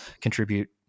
contribute